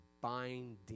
Binding